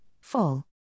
fall